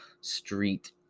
Street